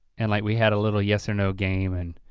and like we had a little yes or no game and